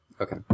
Okay